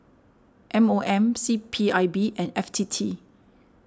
M O M C P I B and F T T